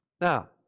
Now